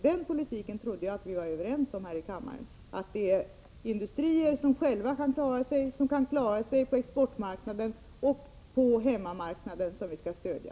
Den politiken trodde jag att vi här i kammaren var överens om — dvs. att det är de industrier som kan klara sig själva både på exportmarknaden och på hemmamarknaden som vi skall stödja.